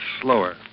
slower